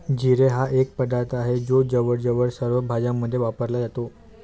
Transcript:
जिरे हा एक पदार्थ आहे जो जवळजवळ सर्व भाज्यांमध्ये वापरला जातो